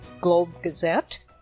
Globe-Gazette